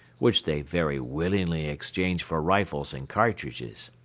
which they very willingly exchange for rifles and cartridges.